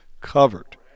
covered